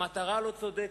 המטרה לא צודקת.